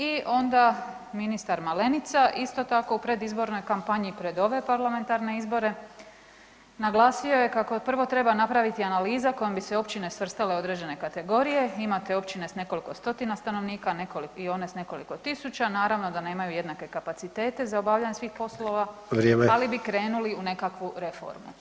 I onda ministar Malenica isto tako u predizbornoj kampanji pred ove parlamentarne izbore naglasio je kako prvo treba napraviti analiza kojom bi se općine svrstale u određene kategorije, imate općine s nekoliko stotina stanovnika i one s nekoliko tisuća, naravno da nemaju jednake kapacitete za obavljanje svih poslova, [[Upadica: Vrijeme]] ali bi krenuli u nekakvu reformu.